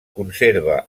conserva